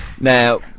now